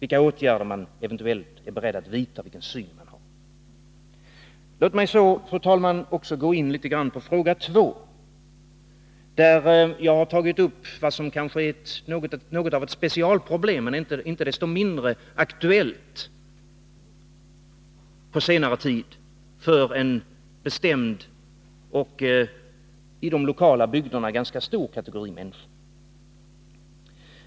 Låt mig, fru talman, också gå in litet på fråga 2. Där har jag tagit upp vad som kan bli något av ett specialproblem, men icke desto mindre aktuellt på senare tid för en bestämd och i de lokala bygderna ganska stor kategori människor.